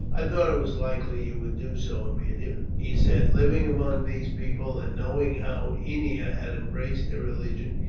i thought it was likely you would do so, aemilia, he said living among these people, and knowing how ennia had embraced their religion,